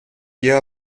guía